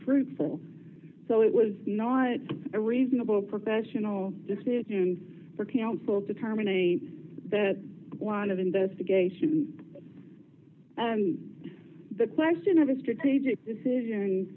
fruitful so it was not a reasonable professional decisions for counsel to terminate that one of investigation and the question of a strategic decision